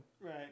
Right